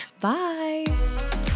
bye